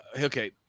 okay